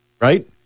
Right